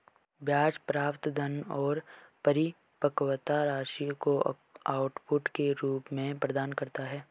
ब्याज प्राप्त धन और परिपक्वता राशि को आउटपुट के रूप में प्रदान करता है